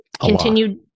Continued